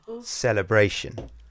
celebration